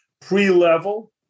pre-level